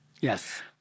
Yes